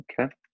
Okay